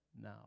now